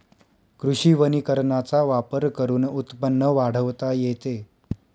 कृषी वनीकरणाचा वापर करून उत्पन्न वाढवता येते